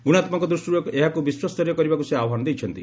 ଗୁଣାତ୍କକ ଦୃଷିରୁ ଏହାକୁ ବିଶ୍ୱସ୍ତରୀୟ କରିବାକୁ ସେ ଆହ୍ୱାନ ଦେଇଛନ୍ତି